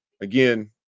again